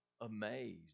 Amazed